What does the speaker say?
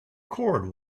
cord